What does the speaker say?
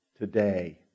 today